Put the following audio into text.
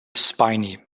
spiny